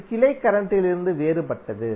இது கிளை கரண்ட்டிலிருந்து வேறுபட்டது